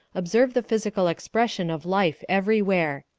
observe the physical expression of life everywhere.